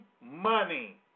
money